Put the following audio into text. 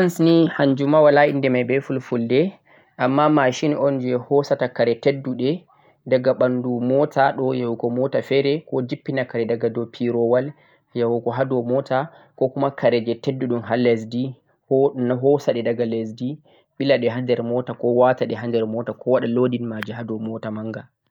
cranes ni hanjhum ma wala inde mai beh fulfulde amma machine on jeh hosata kare taddudeh daga bandu mota do yarugo mota fere ko jippina kare daga doh pirowol yahugo ha dou mota ko kuma kare tedhu dhum ha lesdi ko hosa deh daga lesdi bilah de ha der mota ko wata de ha der mota ko wada loading maje ha der mota manga